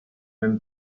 même